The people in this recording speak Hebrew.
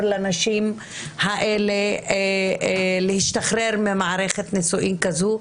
לנשים האלה להשתחרר ממערכת נישואים כזו,